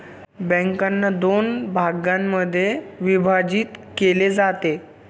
बँकांना दोन भागांमध्ये विभाजित केले जाते